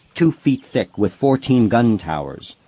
two feet thick, with fourteen gun towers.